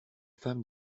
femmes